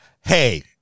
Hey